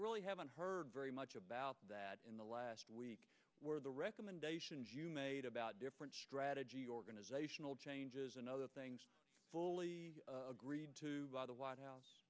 really haven't heard very much about that in the last week where the recommendations you made about different strategy organizational changes and other things fully agreed to the white house